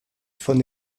von